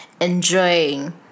enjoying